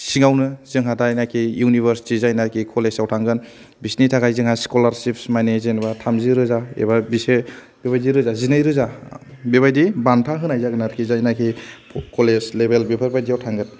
सिङावनो जोंना दा इउनिभारसिति जायनोखि कलेजाव थांगोन बिसोरनि थाखाय जोंहा स्कलारसिप माने जेनेबा थामजि रोजा एबा जिसे रोजा एबा जिनैरोजा बेबादि बान्था होनाय जागोन आरोखि जायनोखि कलेज लेभेल बेफोरबायदियाव थांगोन